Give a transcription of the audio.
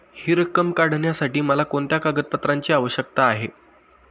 हि रक्कम काढण्यासाठी मला कोणत्या कागदपत्रांची आवश्यकता आहे?